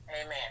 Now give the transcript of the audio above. amen